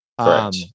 Correct